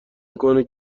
میکنه